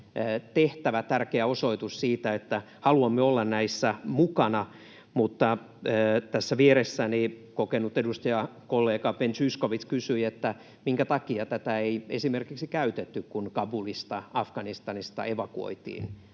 tehtävä, tärkeä osoitus siitä, että haluamme olla näissä mukana. Mutta tässä vieressäni kokenut edustajakollega Ben Zyskowicz kysyi, minkä takia tätä ei käytetty esimerkiksi silloin, kun Kabulista, Afganistanista, evakuoitiin